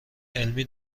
علمی